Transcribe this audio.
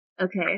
Okay